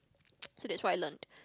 so that's what I learned